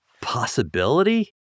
possibility